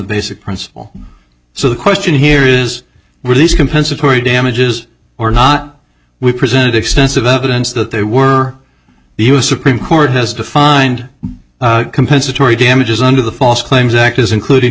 basic principle so the question here is were these compensatory damages or not we presented extensive evidence that they were the us supreme court has defined compensatory damages under the false claims act is including